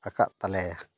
ᱟᱠᱟᱫ ᱛᱟᱞᱮᱭᱟ